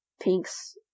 Pink's